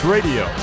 Radio